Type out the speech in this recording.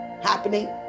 happening